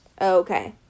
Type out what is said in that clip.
Okay